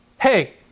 Hey